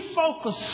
focus